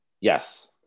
Yes